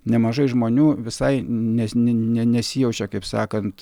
nemažai žmonių visai ne ne nesijaučia kaip sakant